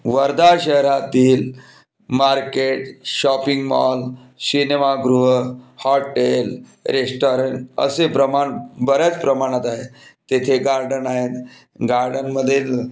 वर्धा शहरातील market shopping mall शिनेमागृह hotel restaurant असे प्रमाण बऱ्याच प्रमाणात आहे तेथे गार्डन आहेत गार्डनमधे